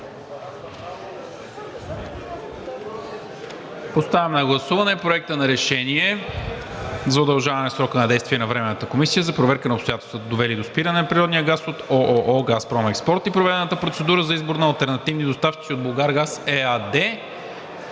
Поставям на гласуване Проекта на решение за удължаване срока на действие на Временната комисия за проверка на обстоятелствата, довели до спиране на природния газ от ООО „Газпром Експорт“, и проведената процедура за избор на алтернативни доставчици от „Булгаргаз“ ЕАД,